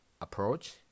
approach